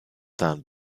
done